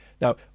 now